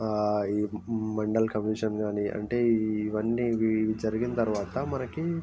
ఆ ఈ మండల్ కమిషన్ కానీ అంటే ఇవన్నీ ఇవి జరిగిన తర్వాత మనకి